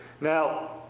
now